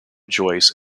joyce